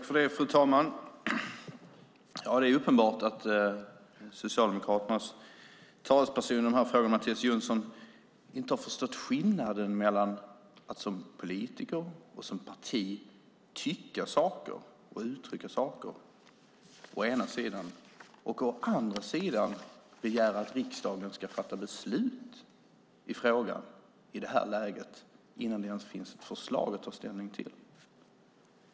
Fru talman! Det är uppenbart att Socialdemokraternas talesperson i de här frågorna, Mattias Jonsson, inte har förstått skillnaden mellan att som politiker och som parti tycka och uttrycka saker å ena sidan och å andra sidan begära att riksdagen ska fatta beslut i frågan i det här läget, innan det ens finns ett förslag att ta ställning till.